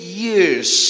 years